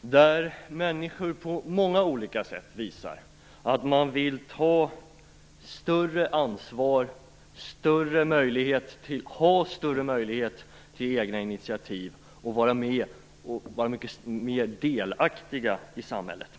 där människor på många olika sätt visar att de vill ta större ansvar, ha större möjlighet till egna initiativ och vara mycket mer delaktiga i samhället.